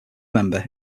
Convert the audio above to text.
member